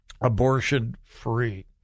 abortion-free